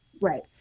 Right